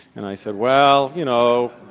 and i said, well, you know,